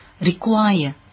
require